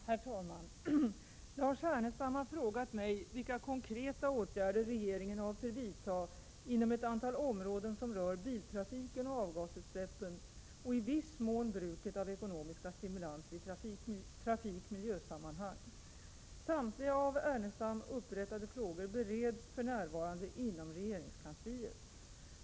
Herr talman! Lars Ernestam har frågat mig vilka konkreta åtgärder regeringen avser vidta inom ett antal områden som rör biltrafiken och avgasutsläppen och i viss mån bruket av ekonomiska stimulanser i trafikmiljösammanhang. Samtliga av Ernestam upprättade frågor bereds för närvarande inom regeringskansliet.